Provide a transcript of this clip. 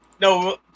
No